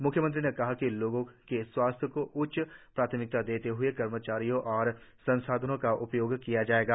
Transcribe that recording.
मुख्यमंत्री ने कहा कि लोगों के स्वास्थ्य को उच्च प्राथमिकता देते हए कर्मचारियों और संसाधनों का उपयोग किया जाएगा